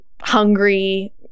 hungry